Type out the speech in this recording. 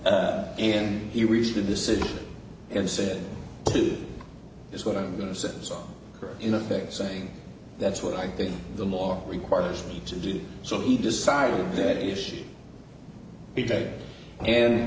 end he reached a decision and said to is what i'm going to say so in effect saying that's what i think the law requires me to do so he decided that issue